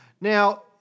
Now